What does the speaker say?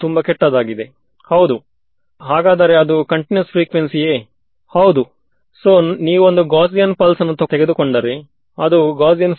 ವಿದ್ಯಾರ್ಥಿಇದನ್ನು compute ಮಾಡುವಾಗ ನೀವು r ನ್ನು ದೊಡ್ಡ ಸಂಖ್ಯೆಯಾಗಿ ತೆಗೆದುಕೊಳ್ಳುವುದೋ ಅಥವಾ